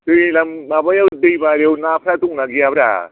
दैलां माबायाव दैबारियाव नाफ्रा दंना गैया